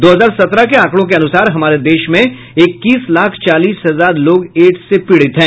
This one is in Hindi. दो हजार सत्रह के आकड़ों के अनुसार हमारे देश में इक्कीस लाख चालीस हजार लोग एड्स से पीड़ित हैं